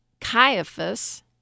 Caiaphas